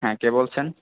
হ্যাঁ কে বলছেন